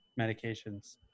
medications